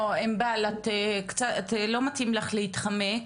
ענבל, לא מתאים לך להתחמק.